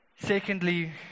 Secondly